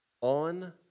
On